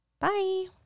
Bye